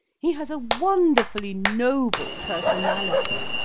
he has a wonderfully noble personality.